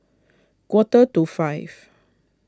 quarter to five